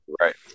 right